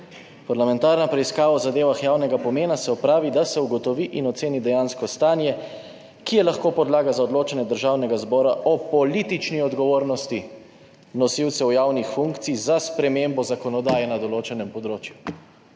»Parlamentarna preiskava v zadevah javnega pomena se opravi, da se ugotovi in oceni dejansko stanje, ki je lahko podlaga za odločanje državnega zbora o politični odgovornosti nosilcev javnih funkcij za spremembo zakonodaje na določenem področju«.